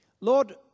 Lord